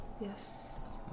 Yes